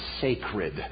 sacred